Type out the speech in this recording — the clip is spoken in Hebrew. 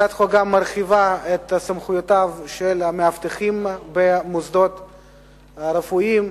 הצעת החוק גם מרחיבה את סמכויותיו של המאבטח במוסדות הרפואיים.